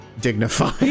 dignified